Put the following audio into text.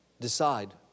decide